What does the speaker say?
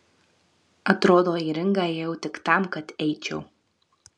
atrodo į ringą ėjau tik tam kad eičiau